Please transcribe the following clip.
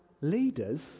leaders